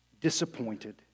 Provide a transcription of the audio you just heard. disappointed